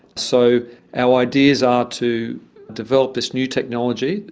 so our ideas are to develop this new technology,